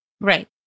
Right